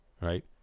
right